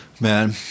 Man